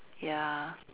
ya